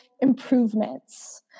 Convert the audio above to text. improvements